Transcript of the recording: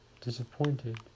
disappointed